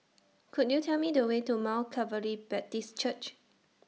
Could YOU Tell Me The Way to Mount Calvary Baptist Church